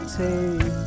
take